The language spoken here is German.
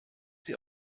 sie